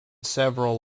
several